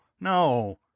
no